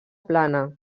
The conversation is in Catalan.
plana